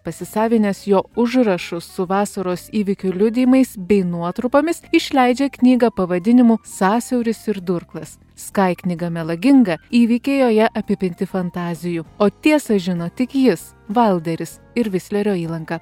pasisavinęs jo užrašus su vasaros įvykių liudijimais bei nuotrupomis išleidžia knygą pavadinimu sąsiauris ir durklas skai knyga melaginga įvykiai joje apipinti fantazijų o tiesą žino tik jis vailderis ir vislerio įlanka